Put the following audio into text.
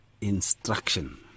instruction